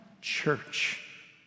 church